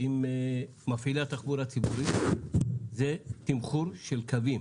עם מפעילי התחבורה הציבורית זה תמחור של קווים.